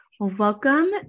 Welcome